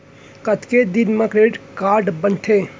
कतेक दिन मा क्रेडिट कारड बनते?